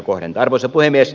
arvoisa puhemies